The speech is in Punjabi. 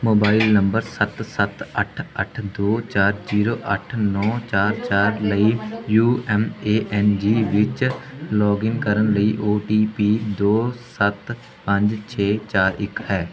ਮੋਬਾਈਲ ਨੰਬਰ ਸੱਤ ਸੱਤ ਅੱਠ ਅੱਠ ਦੋ ਚਾਰ ਜੀਰੋ ਅੱਠ ਨੌਂ ਚਾਰ ਚਾਰ ਲਈ U M A N G ਵਿੱਚ ਲੌਗਇਨ ਕਰਨ ਲਈ ਓ ਟੀ ਪੀ ਦੋ ਸੱਤ ਪੰਜ ਛੇ ਚਾਰ ਇੱਕ ਹੈ